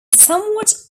somewhat